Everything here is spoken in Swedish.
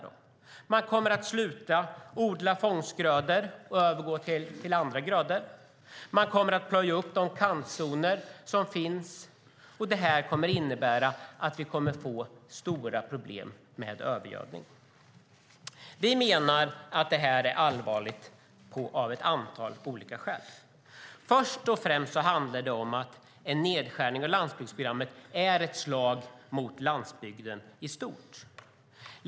De kommer att sluta att odla fånggrödor, övergå till andra grödor och plöja upp kantzoner. Det kommer i sin tur att innebära stora problem med övergödning. Vi menar att detta är allvarligt av ett antal olika skäl. Först och främst handlar det om att en nedskärning av landsbygdsprogrammet är ett slag mot landsbygden i stort.